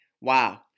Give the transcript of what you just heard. Wow